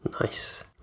nice